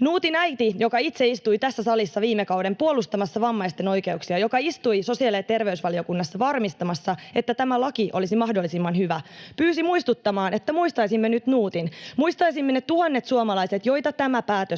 Nuutin äiti, joka itse istui tässä salissa viime kauden puolustamassa vammaisten oikeuksia ja joka istui sosiaali- ja terveysvaliokunnassa varmistamassa, että tämä laki olisi mahdollisimman hyvä, pyysi muistuttamaan, että muistaisimme nyt Nuutin — muistaisimme ne tuhannet suomalaiset, joita tämä päätös